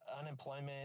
unemployment